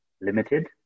limited